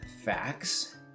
facts